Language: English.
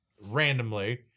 randomly